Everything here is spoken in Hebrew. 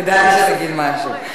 ידעתי שתגיד משהו.